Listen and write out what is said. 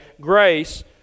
grace